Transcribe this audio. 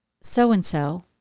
so-and-so